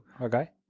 Okay